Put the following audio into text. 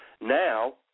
now